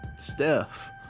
Steph